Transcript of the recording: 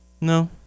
No